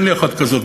אין לי אחת כזאת,